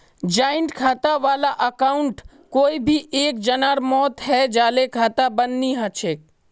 joint खाता वाला अकाउंटत कोई एक जनार मौत हैं जाले खाता बंद नी हछेक